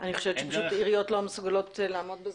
אני חושבת שהעיריות לא מסוגלות לעמוד בזה.